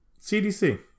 CDC